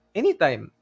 anytime